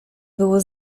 było